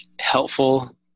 helpful